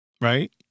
Right